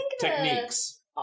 techniques